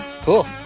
Cool